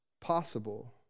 possible